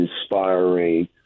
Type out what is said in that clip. inspiring